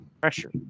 pressure